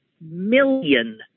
million